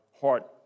heart